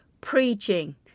preaching